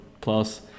plus